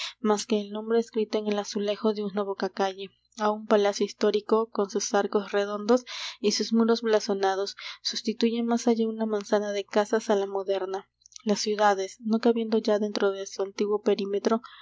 más que el nombre escrito en el azulejo de una bocacalle á un palacio histórico con sus arcos redondos y sus muros blasonados sustituye más allá una manzana de casas á la moderna las ciudades no cabiendo ya dentro de su antiguo perímetro